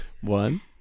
One